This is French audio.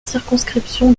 circonscription